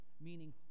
meaning